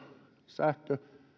sähkö